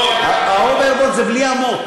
ההוברבורד זה בלי המוט,